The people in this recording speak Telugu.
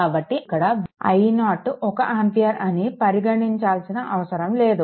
కాబట్టి ఇక్కడ i0 1 ఆంపియర్ అని పరిగణించాల్సిన అవసరం లేదు